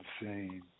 insane